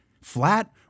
flat